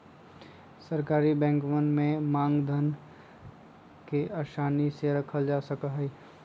सरकारी बैंकवन में मांग धन के आसानी के साथ रखल जा सका हई